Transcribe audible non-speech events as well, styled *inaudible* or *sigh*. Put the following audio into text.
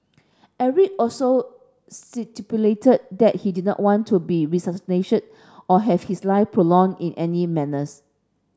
Eric also stipulated that he did not want to be *unintelligible* or have his life prolonged in any manners